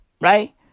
Right